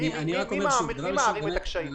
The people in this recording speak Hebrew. מי מעמיד את הקשיים?